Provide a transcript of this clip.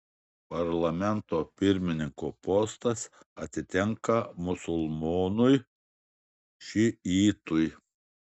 parlamento pirmininko postas atitenka musulmonui šiitui